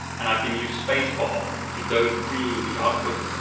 and i can use spacebar to go through the output,